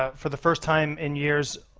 ah for the first time in years,